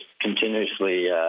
continuously